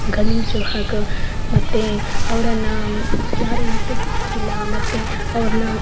ಗಲೀಜು ಹಗ ಮತ್ತು ಅವರನ್ನ ಯಾರು ಮುಟ್ಟುಕ್ಕಿಲ್ಲ ಮತ್ತು ಅವ್ರ್ನ